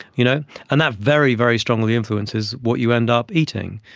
you know and that very, very strongly influences what you end up eating.